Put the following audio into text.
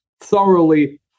thoroughly